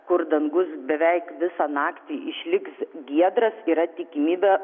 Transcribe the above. kur dangus beveik visą naktį išliks giedras yra tikimybė